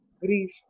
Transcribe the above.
grief